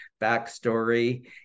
backstory